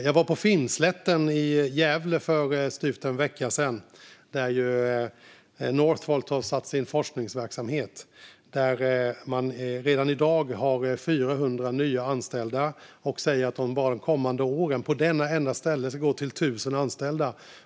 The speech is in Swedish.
Jag var på Finnslätten i Västerås för styvt en vecka sedan. Northvolt har ju placerat sin forskningsverksamhet där. Man har redan i dag 400 nya anställda och säger att man bara de kommande åren, och bara på detta enda ställe, ska gå till 1 000 anställda.